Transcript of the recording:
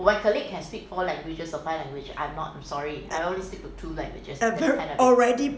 I can already